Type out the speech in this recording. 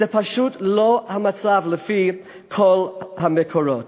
זה פשוט לא המצב, לפי כל המקורות.